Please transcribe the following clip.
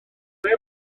mae